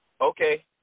Okay